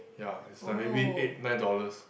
ya it's like maybe eight nine dollars